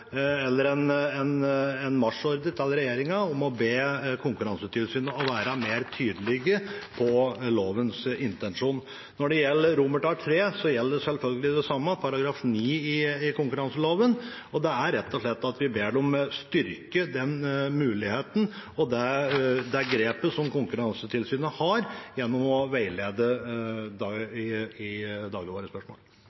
til regjeringen om å be Konkurransetilsynet om å være mer tydelig på lovens intensjon. Når det gjelder III, gjelder selvfølgelig det samme, det refererer til § 9 i konkurranseloven, og det er rett og slett at vi ber regjeringen styrke den muligheten og det grepet som Konkurransetilsynet har gjennom å veilede